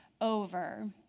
over